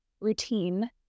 routine